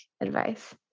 advice